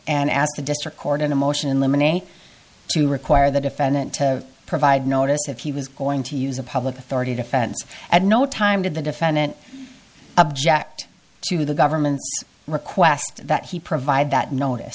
to require the defendant to provide notice if he was going to use a public authority defense at no time did the defendant object to the government's request that he provide that notice